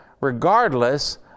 regardless